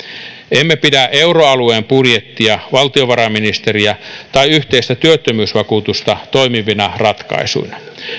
emme pidä euroalueen budjettia valtiovarainministeriä tai yhteistä työttömyysvakuutusta toimivina ratkaisuina